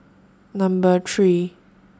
Number three